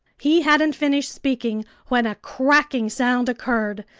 he hadn't finished speaking when a cracking sound occurred.